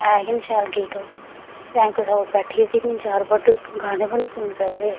ऐ गै निं शैल गीत ओह् ते इंया तुस चार बंदे च बैठियै तुस गाने बी नेईं सुनी सकदे